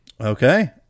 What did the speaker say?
Okay